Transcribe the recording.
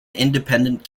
independent